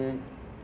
think